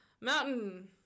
Mountain